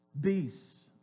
Beasts